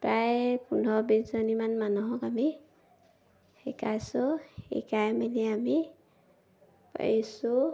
প্ৰায় পোন্ধৰ বিছজনীমান মানুহক আমি শিকাইছোঁ শিকাই মেলি আমি পাৰিছোঁ